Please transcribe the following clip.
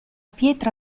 pietra